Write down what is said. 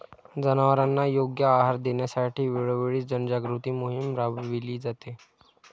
जनावरांना योग्य आहार देण्यासाठी वेळोवेळी जनजागृती मोहीम राबविली जाते